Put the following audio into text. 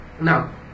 Now